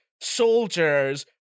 soldiers